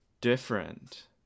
different